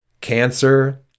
Cancer